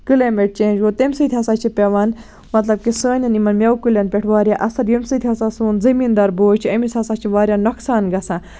climate change گوٚو تَمہِ سۭتۍ ہسا چھِ پیوان مطلب کہِ سانین یِمن میوٕ کُلین پٮ۪ٹھ واریاہ اَثر ییٚمہِ سۭتۍ ہسا سوٚن زٔمیٖن دار بوے چھُ أمِس ہسا چھِ واریاہ نۄقصان گژھان